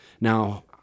Now